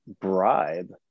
bribe